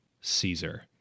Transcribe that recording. caesar